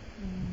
mm